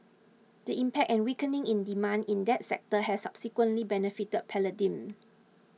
the impact and weakening in demand in that sector has subsequently benefited palladium